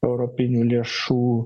europinių lėšų